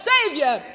Savior